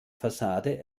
fassade